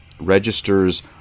registers